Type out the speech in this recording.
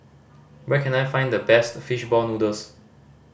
where can I find the best fish ball noodles